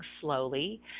slowly